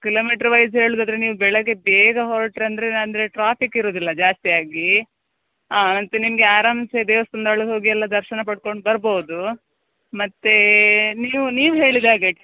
kilometre wise ಹೇಳೊದಾದ್ರೆ ನೀವು ಬೆಳಿಗ್ಗೆ ಬೇಗ ಹೊರಟ್ರಂದರೆ ಅಂದರೆ ಟ್ರಾಫಿಕ್ ಇರೊದಿಲ್ಲ ಜಾಸ್ತಿಯಾಗಿ ಹಾಂ ಮತ್ತೆ ನಿಮಗೆ ಆರಾಮ ಸೇ ದೇವಸ್ಥಾನದ ಒಳ್ಗೆ ಹೋಗಿ ಎಲ್ಲ ದರ್ಶನ ಪಡ್ಕೊಂಡು ಬರ್ಬೌದು ಮತ್ತೆ ನೀವು ನೀವು ಹೇಳಿದಾಗೆ